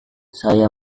saya